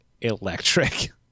electric